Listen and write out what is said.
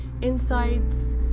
insights